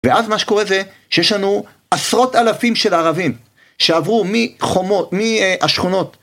ואז מה שקורה זה שיש לנו עשרות אלפים של ערבים שעברו מחומות, מהשכונות